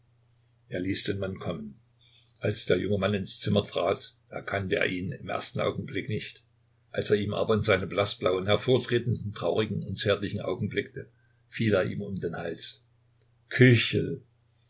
er ließ den mann kommen als der junge mann ins zimmer trat erkannte er ihn im ersten augenblick nicht als er ihm aber in seine blaßblauen hervorstehenden traurigen und zärtlichen augen blickte fiel er ihm um den hals